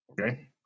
okay